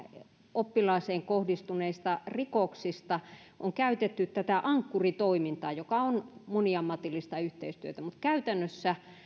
oppilaaseen kohdistuneista rikoksista on käytetty ankkuri toimintaa joka on moniammatillista yhteistyötä mutta käytännössä